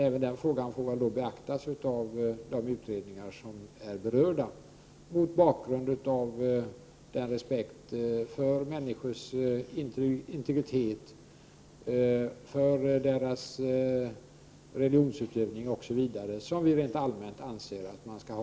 Även den frågan får väl beaktas av berörda utredningar, mot bakgrund av den respekt för människors integritet, religionsutövning osv. som vi rent allmänt anser att man skall ha.